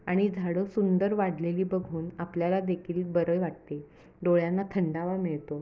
आणि झाडं सुंदर वाढलेली बघून आपल्याला देखील बरं वाटते डोळ्यांना थंडावा मिळतो